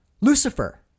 Lucifer